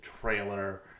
trailer